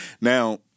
Now